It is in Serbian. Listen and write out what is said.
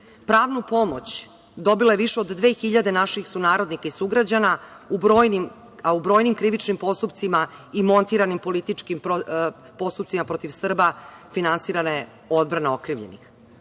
Pravnu pomoć dobilo je više od dve hiljade naših sunarodnika i sugrađana u brojnim krivičnim postupcima i montiranim političkim postupcima protiv Srba, gde je finansirana odbrana okrivljenih.